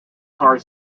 card